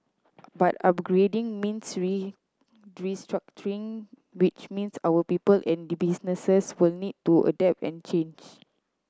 but upgrading means restructuring which means our people and the businesses was need to adapt and change